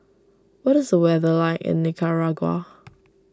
what is the weather like in Nicaragua